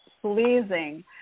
pleasing